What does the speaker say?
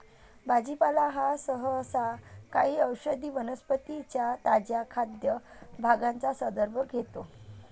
भाजीपाला हा सहसा काही औषधी वनस्पतीं च्या ताज्या खाद्य भागांचा संदर्भ घेतो